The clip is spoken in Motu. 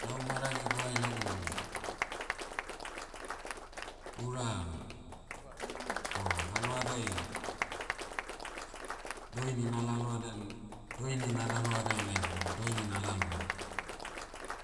Lau maragiguai lagu, ura, o lalohadai, s- doini na'lalohada- n- doini na'lalohadai laiam o doini na'laloam,